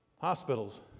hospitals